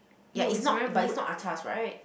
ya it's not but it's not atas right